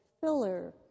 filler